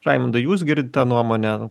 raimundai jūs girdite nuomonę